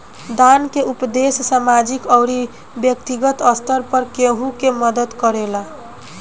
दान के उपदेस सामाजिक अउरी बैक्तिगत स्तर पर केहु के मदद करेला